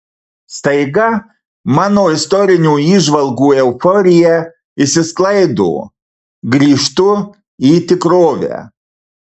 staiga mano istorinių įžvalgų euforija išsisklaido grįžtu į tikrovę